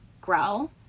grow